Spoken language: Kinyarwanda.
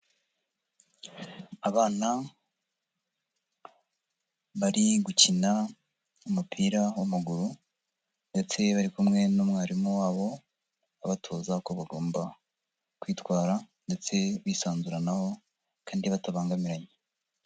Abana bari gukina umupira w'amaguru ndetse bari kumwe n'umwarimu wabo abatoza uko bagomba kwitwara ndetse bisanzura na bo kandi batabangamiranye.